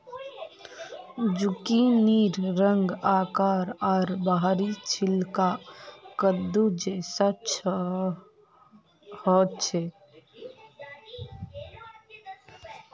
जुकिनीर रंग, आकार आर बाहरी छिलका कद्दू जैसा ह छे